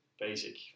basic